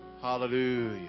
Hallelujah